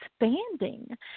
expanding